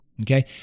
Okay